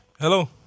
Hello